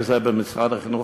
וזה במשרד החינוך,